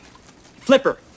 Flipper